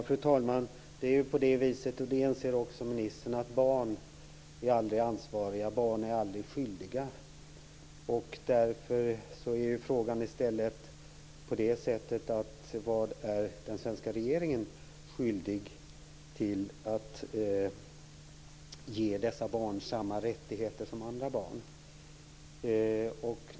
Fru talman! Barn är aldrig ansvariga, och barn är aldrig skyldiga. Det anser också ministern. Därför är frågan i stället denna: Är den svenska regeringen skyldig att ge dessa barn samma rättigheter som andra barn har?